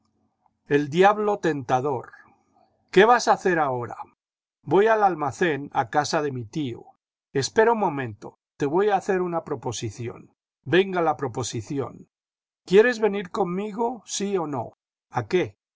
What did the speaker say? el diablo tentador iqué vas a hacer ahora voy al almacén a casa de mi tío espera un momento te voy a hacer una proposición venga la proposición quieres venir conmigo sí o no a qué